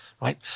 right